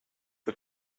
the